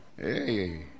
Hey